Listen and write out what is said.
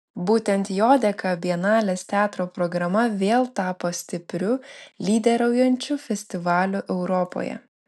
būtent jo dėka bienalės teatro programa vėl tapo stipriu lyderiaujančiu festivaliu europoje